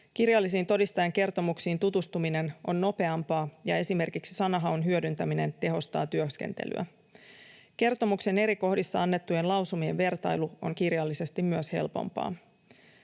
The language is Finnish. Kirjallisiin todistajankertomuksiin tutustuminen on nopeampaa, ja esimerkiksi sanahaun hyödyntäminen tehostaa työskentelyä. Myös kertomuksen eri kohdissa annettujen lausumien vertailu on kirjallisesti helpompaa.